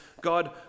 God